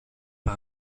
par